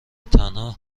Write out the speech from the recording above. تنها